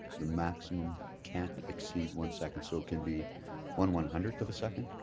the maximum can't exceed one second. so it can be one one hundred of a second?